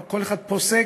כל אחד פוסק?